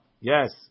Yes